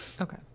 Okay